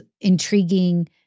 intriguing